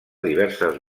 diverses